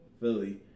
Philly